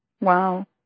Wow